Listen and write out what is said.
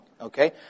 Okay